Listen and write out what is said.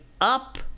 up